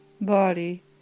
body